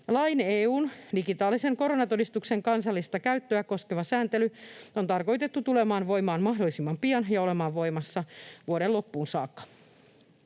Lain EU:n digitaalisen koronatodistuksen kansallista käyttöä koskeva sääntely on tarkoitettu tulemaan voimaan mahdollisimman pian ja olemaan voimassa vuoden loppuun saakka.